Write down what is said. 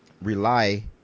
rely